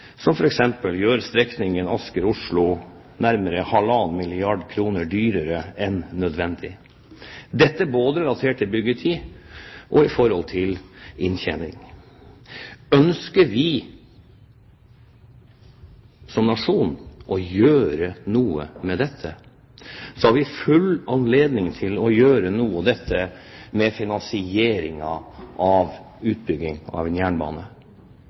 som f.eks. gjør strekningen Asker–Oslo nærmere halvannen milliard kr dyrere enn nødvendig – både relatert til byggetid og i forhold til inntjening. Ønsker vi som nasjon å gjøre noe med dette, har vi full anledning til å gjøre noe med finansieringen av utbygging av en jernbane